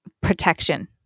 protection